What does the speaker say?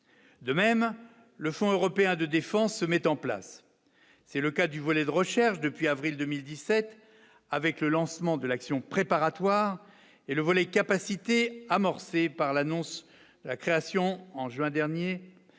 de même le Fonds européen de défense se mettent en place, c'est le cas du volet de recherche depuis avril 2017 avec le lancement de l'action préparatoire et le volet capacité amorcée par l'annonce de la création en juin dernier,